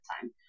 time